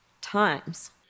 times